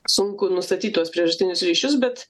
sunku nustatyt tuos priežastinius ryšius bet